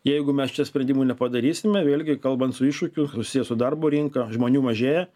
jeigu mes čia sprendimų nepadarysime vėlgi kalbant su iššūkiu susiję su darbo rinka žmonių mažėja